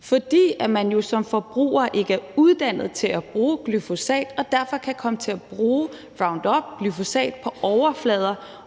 fordi man jo som forbruger ikke er uddannet til at bruge glyfosat og derfor kan komme til at bruge Roundup/glyfosat på overflader